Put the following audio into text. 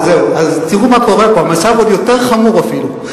אז תראו מה קורה פה, המצב עוד יותר חמור אפילו.